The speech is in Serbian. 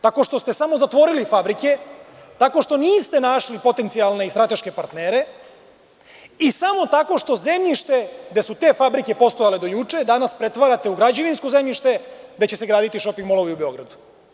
Tako što ste samo zatvorili fabrike, tako što niste našli potencijalne i strateške partnere i samo tako što zemljište da su te fabrike postojale do juče, danas pretvarate u građevinsko zemljište da će se graditi šoping molovi u Beogradu.